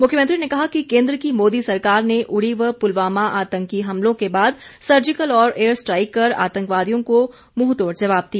मुख्यमंत्री ने कहा कि केन्द्र की मोदी सरकार ने उड़ी व पुलवामा आतंकी हमलों के बाद सर्जिकल और एयर स्ट्राईक कर आतंकवादियों को मुंहतोड़ जवाब दिया